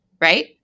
right